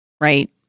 right